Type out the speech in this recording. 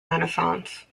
renaissance